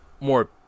more